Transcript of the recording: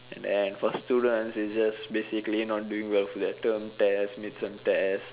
and then for students it's just basically not doing well for their term test mid-term test